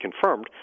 confirmed